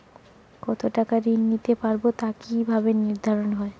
কতো টাকা ঋণ নিতে পারবো তা কি ভাবে নির্ধারণ হয়?